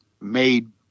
made